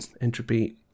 entropy